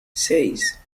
seis